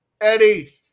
Eddie